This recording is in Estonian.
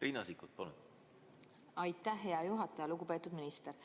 Riina Sikkut, palun! Aitäh, hea juhataja! Lugupeetud minister!